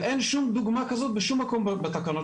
אין שום דוגמה כזאת בשום מקום בתקנות